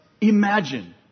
Imagine